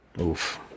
Oof